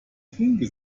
flinke